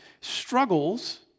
struggles